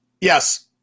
Yes